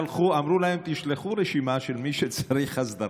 אמרו להם: תשלחו רשימה של מי שצריך הסדרה,